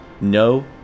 No